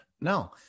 No